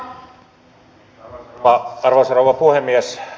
arvoisa rouva puhemies